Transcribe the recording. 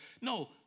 No